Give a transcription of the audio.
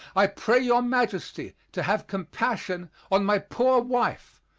i pray your majesty to have compassion on my poor wife,